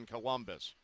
Columbus